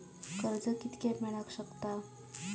कर्ज कितक्या मेलाक शकता?